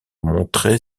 montrer